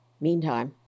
Meantime